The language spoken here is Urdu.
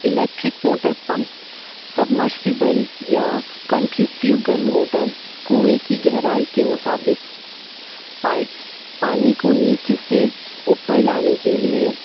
الیکٹرک موٹر پمپ سبمرسیبل یا سینٹریفیوگل موٹر کنویں کی گہرائی کے مطابق پائپ پانی کو نیچے سے اوپر لانے کے لیے